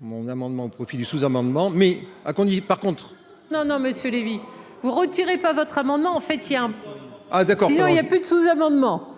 mon amendement au profit du sous-amendements mais à qu'on y par contre. Non, non Monsieur Lévy vous retirez pas votre amendement en fait tiens. Ah d'accord mais il y a plus de sous-amendements.